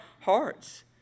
hearts